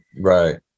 right